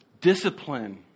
Discipline